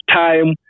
time